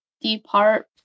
depart